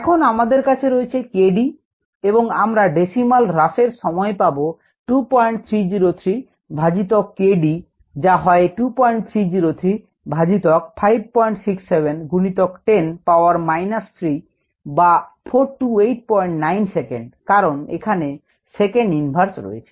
এখন আমাদের কাছে রয়েছে 𝑘𝑑 এবং আমরা ডেসিমাল হ্রাসের সময় পাবো 2303 ভাজিতক 𝑘𝑑 যা হয় 2303 ভাজিতক 567 গুণিতক 10 পাওয়ার মাইনাস 3 বা 4289 সেকেন্ড কারণ এখানে সেকেন্ড ইনভার্স রয়েছে